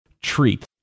treat